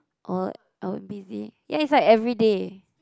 or I would busy ya it's like everyday